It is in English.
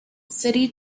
city